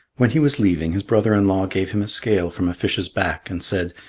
when he was leaving, his brother-in-law gave him a scale from a fish's back, and said,